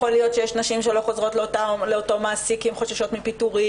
יכול להיות שיש נשים שלא חוזרות לאותו מעסיק כי הן חוששות מפיטורים,